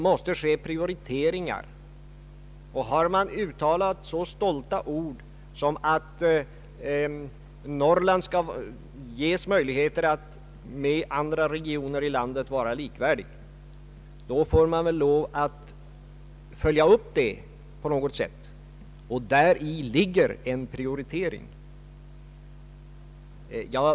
Men har man uttalat så stolta ord som att Norrland skall ges möjligheter att vara likvärdigt med andra regioner i landet, får man väl lov att följa upp det på något sätt, och då krävs en prioritering.